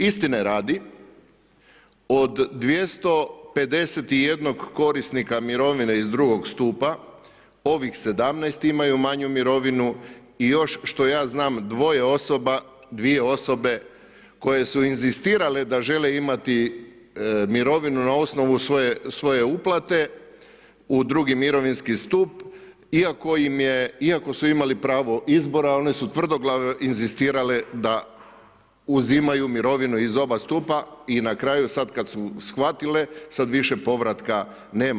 Istine radi od 251 korisnika mirovine iz drugog stupa ovih 17 imaju manju mirovinu i još što ja znam dvoje osobe, dvije osobe koje su inzistirale da žele imati mirovinu na osnovu svoje uplate u drugi mirovini stup iako su imali pravo izbora one su tvrdoglavo inzistirale da uzimaju mirovinu iz oba stupa i na kraju sada kada su shvatile sada više povratka nema.